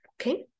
okay